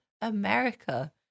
America